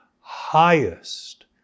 highest